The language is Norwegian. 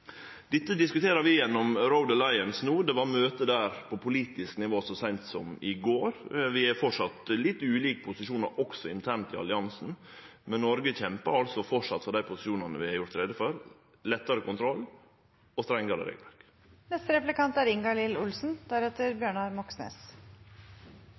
Dette diskuterer vi gjennom Road Alliance no. Det var møte der på politisk nivå så seint som i går. Vi er framleis i litt ulike posisjonar òg internt i alliansen, men Noreg kjempar framleis for dei posisjonane vi har gjort greie for: lettare kontroll og strengare